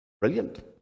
brilliant